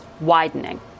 widening